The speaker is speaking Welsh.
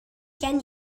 gen